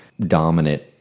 dominant